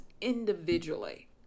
individually